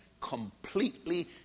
completely